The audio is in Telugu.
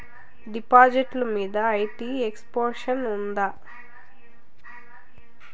డిపాజిట్లు మీద ఐ.టి ఎక్సెంప్షన్ ఉందా?